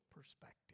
perspective